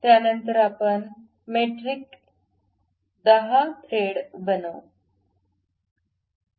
त्यानंतर आपण metric 10 thread बनवू